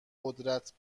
قدرت